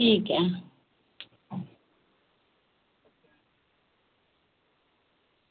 ठीक ऐ